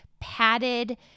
padded